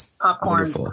popcorn